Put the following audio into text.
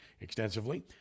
extensively